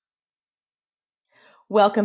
Welcome